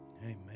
Amen